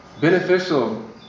beneficial